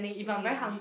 no you have to sh~